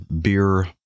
beer